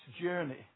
journey